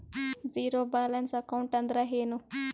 Zero balance account ಅಂದ್ರ ಏನು?